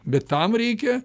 bet tam reikia